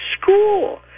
school